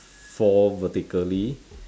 four vertically